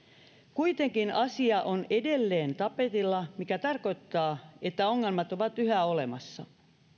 kuitenkin asia on edelleen tapetilla mikä tarkoittaa että ongelmat ovat yhä olemassa